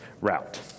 route